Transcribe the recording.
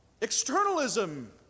Externalism